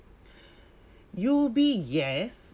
U_O_B yes